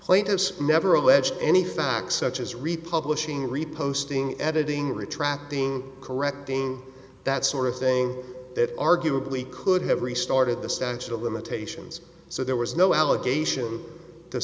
plaintiffs never alleged any facts such as republic xing reposed being editing retracting correcting that sort of thing that arguably could have restarted the statute of limitations so there was no allegation to